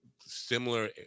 similar